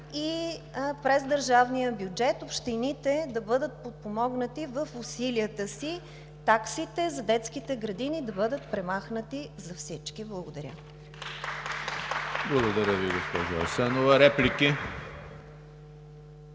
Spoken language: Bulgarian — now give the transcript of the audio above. и през държавния бюджет общините да бъдат подпомогнати в усилията си таксите за детските градини да бъдат премахнати за всички. Благодаря. (Ръкопляскания